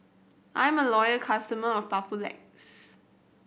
I'm a loyal customer of Papulex